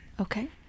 Okay